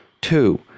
Two